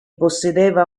possedeva